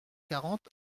quarante